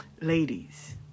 Ladies